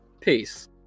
Peace